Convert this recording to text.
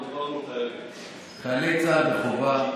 חיילי צה"ל בחובה,